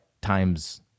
times